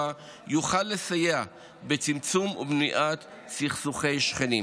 יוכל לסייע בצמצום ומניעת סכסוכי שכנים.